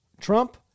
Trump